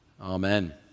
amen